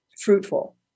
fruitful